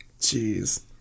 Jeez